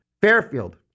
Fairfield